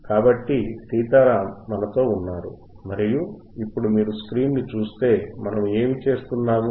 కాబట్టి సీతారాం మనతో ఉన్నారు మరియు ఇప్పుడు మీరు స్క్రీన్ చూస్తే మనము ఏమి చేస్తున్నాము